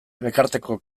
elkarteko